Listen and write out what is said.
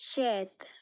शेत